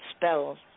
spell